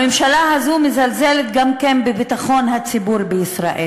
הממשלה הזאת גם מזלזלת בביטחון הציבור בישראל,